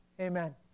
amen